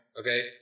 Okay